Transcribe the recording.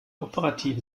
operative